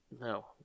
no